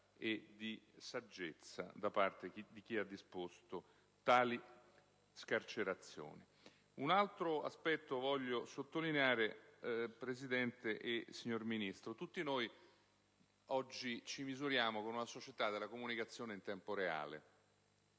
Un altro aspetto voglio sottolineare, signor Presidente e signor Ministro: tutti noi oggi ci misuriamo con una società della comunicazione in tempo reale.